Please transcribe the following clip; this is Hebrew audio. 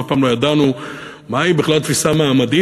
אף פעם לא ידענו מהי בכלל תפיסה מעמדית,